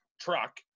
truck